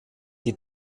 die